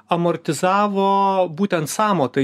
amortizavo būtent sąmatoj